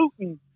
Putin